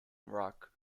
rock